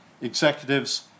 executives